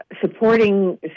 supporting